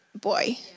boy